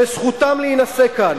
וזכותם להינשא כאן.